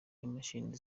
imashini